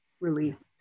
released